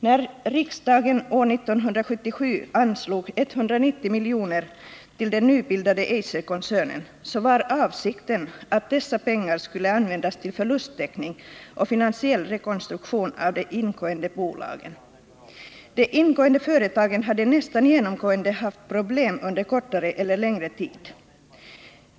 När riksdagen år 1977 anslog 190 milj.kr. till den nybildade Eiserkoncernen var avsikten att dessa pengar skulle användas till förlusttäckning och finansiell rekonstruktion av de ingående bolagen. De ingående företagen hade nästan genomgående haft problem under kortare eller längre tid.